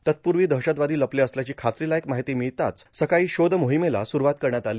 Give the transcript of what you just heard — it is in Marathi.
तत्पूर्वी दहशतवादी लपले असल्याची खात्रीलायक माहिती मिळताच सकाळी शोध मोहिमेला सुरूवात करण्यात आली